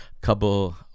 couple